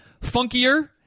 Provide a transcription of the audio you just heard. funkier